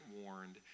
warned